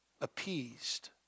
appeased